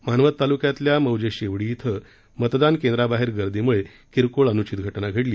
मानवत तालुक्यातल्या मौजे शेवडी इथं मतदान केंद्राबाहेर गर्दीमुळे किरकोळ अनुषित घटना घडली